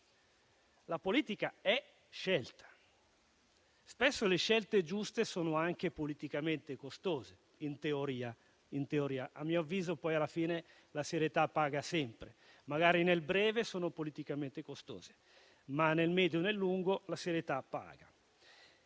La politica è scelta e spesso le scelte giuste sono anche politicamente costose. E questo in teoria, perché - a mio avviso - alla fine la serietà paga sempre; magari nel breve sono politicamente costose, ma nel medio e nel lungo termine la serietà paga.